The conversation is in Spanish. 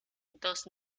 dos